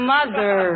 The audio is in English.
Mother